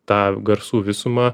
tą garsų visumą